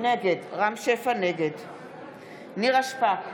נגד נירה שפק,